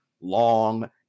long